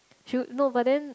few no but then